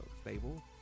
stable